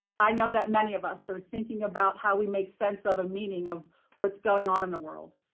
i know that many of us are thinking about how we make sense of a meaning of what's going on in the world.